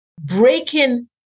breaking